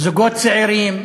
זוגות צעירים,